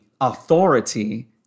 authority